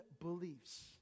beliefs